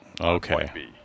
Okay